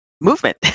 movement